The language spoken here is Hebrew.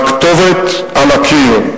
והכתובת על הקיר.